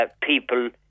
people